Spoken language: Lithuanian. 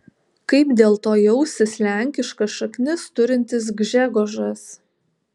kaip dėl to jausis lenkiškas šaknis turintis gžegožas